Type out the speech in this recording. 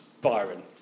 Byron